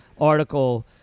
article